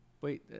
wait